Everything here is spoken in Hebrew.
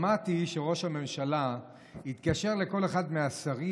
שמעתי שראש הממשלה התקשר לכל אחד מהשרים